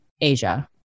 Asia